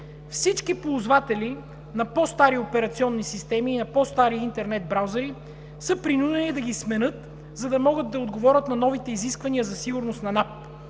всички ползватели на по-стари операционни системи, на по-стари интернет браузери са принудени да ги сменят, за да могат да отговарят на новите изисквания за сигурност на НАП?